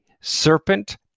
Serpent